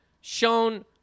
shown